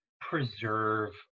preserve